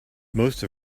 most